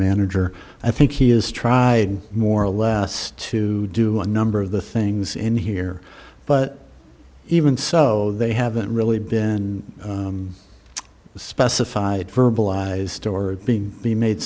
manager i think he has tried more or less to do a number of the things in here but even so they haven't really been specified verbalise door being be made